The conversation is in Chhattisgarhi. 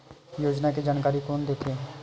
योजना के जानकारी कोन दे थे?